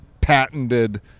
patented